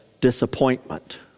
disappointment